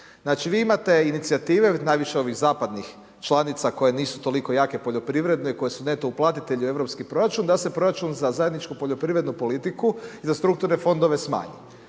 Znači, vi imate inicijative najviše ovih zapadnih članica koje nisu toliko jake poljoprivredno i koje su neto uplatitelj u europski proračun, da se proračun za zajedničku poljoprivrednu politiku i za strukturne fondove smanji.